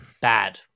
Bad